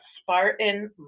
Spartan